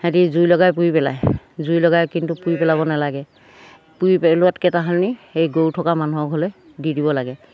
সিহঁতি জুই লগাই পুৰি পেলায় জুই লগাই কিন্তু পুৰি পেলাব নালাগে পুৰি পেলোৱাতকৈ তাহানি সেই গৰু থকা মানুহৰ ঘৰলৈ দি দিব লাগে